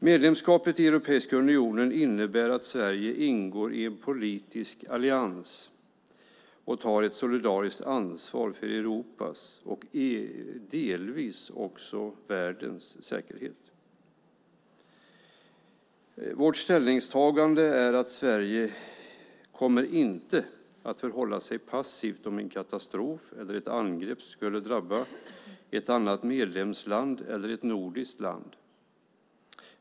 Medlemskapet i Europeiska unionen innebär att Sverige ingår i en politisk allians och tar ett solidariskt ansvar för Europas och delvis också för världens säkerhet. Vårt ställningstagande är att Sverige inte kommer att förhålla sig passivt om en katastrof eller ett angrepp skulle drabba ett annat medlemsland eller ett nordiskt land.